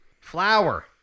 Flower